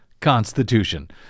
Constitution